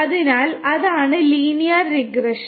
അതിനാൽ അതാണ് linear regression